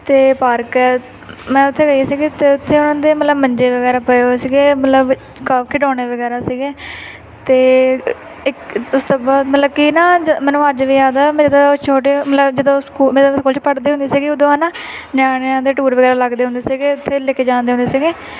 ਅਤੇ ਪਾਰਕ ਹੈ ਮੈਂ ਉੱਥੇ ਗਈ ਸੀਗੀ ਅਤੇ ਉਥੇ ਉਹਨਾਂ ਦੇ ਮਤਲਬ ਮੰਜੇ ਵਗੈਰਾ ਪਏ ਹੋਏ ਸੀਗੇ ਮਤਲਬ ਖ ਖਿਡੌਣੇ ਵਗੈਰਾ ਸੀਗੇ ਅਤੇ ਇੱਕ ਉਸ ਤੋਂ ਬਾਅਦ ਮਤਲਬ ਕਿ ਨਾ ਜੇ ਮੈਨੂੰ ਅੱਜ ਵੀ ਯਾਦ ਆ ਮੈਂ ਜਦੋਂ ਛੋਟੇ ਮਤਲਬ ਜਦੋਂ ਸਕੂ ਮਤਲਬ ਸਕੂਲ 'ਚ ਪੜ੍ਹਦੇ ਹੁੰਦੇ ਸੀਗੇ ਉਦੋਂ ਹੈ ਨਾ ਨਿਆਣਿਆਂ ਦੇ ਟੂਰ ਵਗੈਰਾ ਲੱਗਦੇ ਹੁੰਦੇ ਸੀਗੇ ਅਤੇ ਲੈ ਕੇ ਜਾਂਦੇ ਹੁੰਦੇ ਸੀਗੇ